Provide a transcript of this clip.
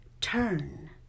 turn